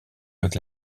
avec